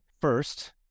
first